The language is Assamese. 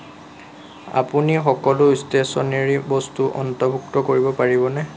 আপুনি সকলো ষ্টেশ্যনেৰি বস্তু অন্তৰ্ভুক্ত কৰিব পাৰিবনে